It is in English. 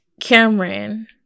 Cameron